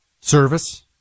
service